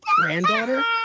granddaughter